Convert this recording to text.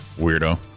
Weirdo